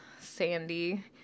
sandy